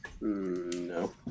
No